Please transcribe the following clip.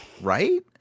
Right